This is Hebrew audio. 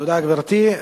תודה, גברתי.